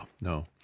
no